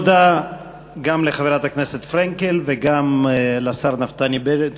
תודה גם לחברת הכנסת פרנקל וגם לשר נפתלי בנט